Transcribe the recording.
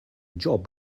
job